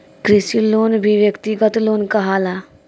कृषि लोन भी व्यक्तिगत लोन कहाला